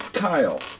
Kyle